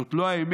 זאת לא האמת.